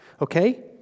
Okay